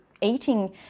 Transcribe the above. eating